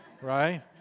right